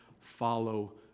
Follow